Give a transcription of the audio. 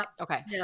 Okay